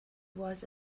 was